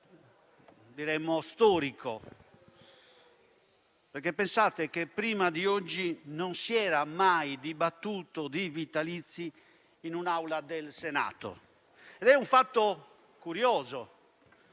momento storico. Pensate infatti che prima di oggi non si era mai dibattuto di vitalizi in un'Aula del Senato. È un fatto curioso: